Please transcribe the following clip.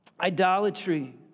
idolatry